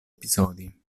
episodi